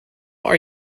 are